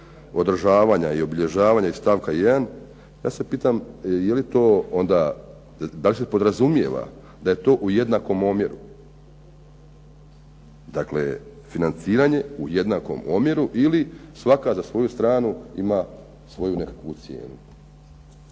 održavanja i obilježavanja iz stavka 1.. Ja se pitam da li se podrazumijeva da je to u jednakom omjeru? Dakle, financiranje u jednakom omjeru ili svaka za svoju stranu ima svoju nekakvu cijenu